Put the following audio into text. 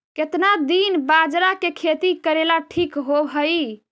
केतना दिन बाजरा के खेती करेला ठिक होवहइ?